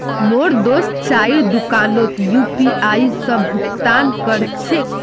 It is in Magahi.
मोर दोस्त चाइर दुकानोत यू.पी.आई स भुक्तान कर छेक